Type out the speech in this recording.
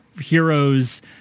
heroes